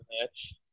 Match